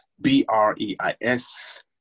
b-r-e-i-s